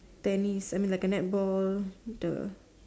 tennis I mean like a netball the